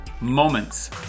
moments